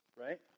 right